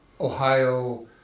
Ohio